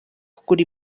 kugura